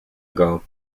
ago